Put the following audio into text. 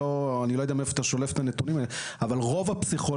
ואני לא יודע מאיפה אתה שולף את הנתונים האלה רוב הפסיכולוגים